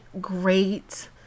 great